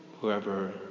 whoever